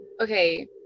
okay